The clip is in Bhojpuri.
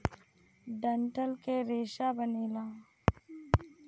डंठल के रेसा बनेला